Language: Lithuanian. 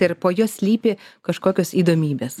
ir po juo slypi kažkokios įdomybės